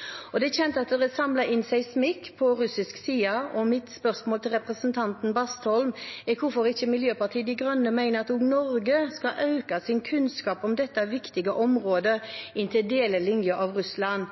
delelinjen. Det er kjent at det er samlet inn seismikk på russisk side, og mitt spørsmål til representanten Bastholm er hvorfor ikke Miljøpartiet De Grønne mener at også Norge skal øke sin kunnskap om dette viktige området inn til delelinjen mot Russland.